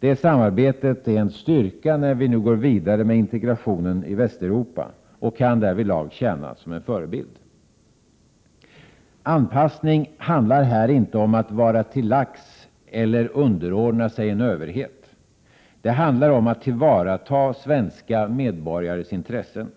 Detta samarbete är en styrka när vi nu går vidare med integrationen i Västeuropa och kan därvidlag tjäna som förebild. Anpassning handlar här inte om att vara till lags eller underordna sig en överhet. Det handlar om att tillvarata svenska medborgares intressen.